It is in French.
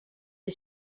des